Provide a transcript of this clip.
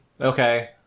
Okay